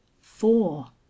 four